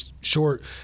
short